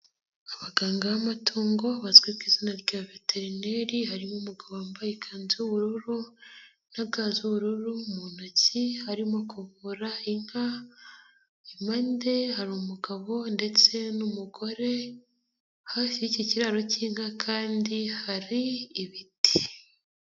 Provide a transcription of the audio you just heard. Abaganga b'amatungo bazwi ku izina rya veterineri harimo umugabo wambaye ikanzu y'ubururu na ga z'ubururu mu ntoki arimo ku kuvura inka, impande hari umugabo ndetse n'umugore hafi y'icyo kiraro k'inka kandi hari ibiti.